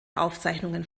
aufzeichnungen